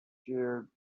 charred